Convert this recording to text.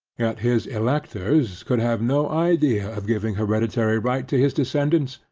yet his electors could have no idea of giving hereditary right to his descendants,